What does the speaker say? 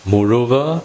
Moreover